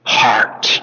heart